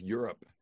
Europe